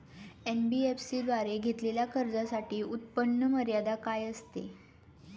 NBFC द्वारे घेतलेल्या कर्जासाठी उत्पन्न मर्यादा काय असते?